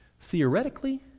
Theoretically